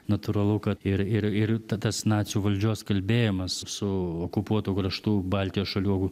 natūralu kad ir ir ir ta tas nacių valdžios kalbėjimas su okupuotų kraštų baltijos šalių